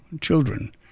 children